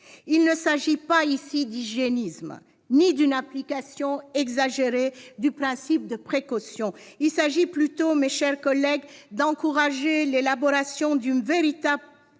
Il ne s'agit pas ici d'hygiénisme ni d'une application exagérée du principe de précaution ; il s'agit plutôt, mes chers collègues, d'encourager l'élaboration d'une véritable politique